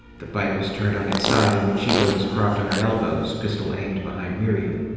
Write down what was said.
the bike was turned on its side and machiko was propped on her elbows, pistol aimed behind miriam.